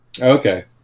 Okay